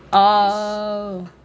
oh